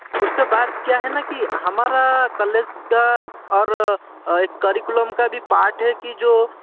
उसके बाद क्या है ना कि हमारा कलेज और एक करिकुलम का भी पार्ट है कि जो